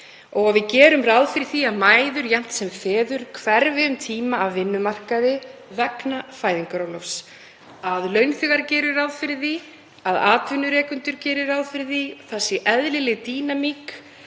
að við gerum ráð fyrir því að mæður jafnt sem feður hverfi um tíma af vinnumarkaði vegna fæðingarorlofs, að launþegar geri ráð fyrir því, að atvinnurekendur geri ráð fyrir því, það sé eðlileg dýnamík